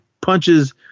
punches